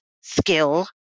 skill